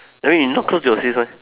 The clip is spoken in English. I mean you not close to your sis meh